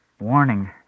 warning